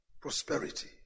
prosperity